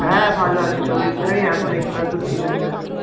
হ্যাঁ ভালো আছি শরীরটাই এখন একটু আধটু ঠিক আছে আর কি